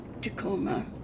Tacoma